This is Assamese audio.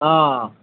অঁ